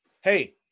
Hey